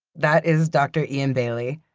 that is dr. ian bailey.